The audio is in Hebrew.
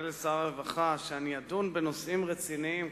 לשר הרווחה שאני אדון בנושאים רציניים,